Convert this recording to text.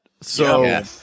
So-